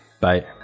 Bye